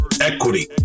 equity